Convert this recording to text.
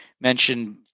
mentioned